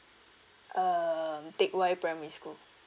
um teck whye primary school